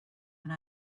and